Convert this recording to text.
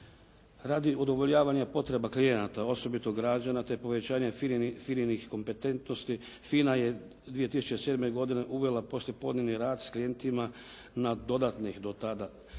Radi udovoljavanja potreba klijenata osobito građana te povećanje FINA-nih kompetentnosti, FINA je 2007. godine uvela poslijepodnevni rad s klijentima na dodatnih do tada